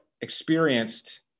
experienced